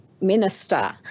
Minister